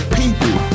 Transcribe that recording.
people